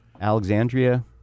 Alexandria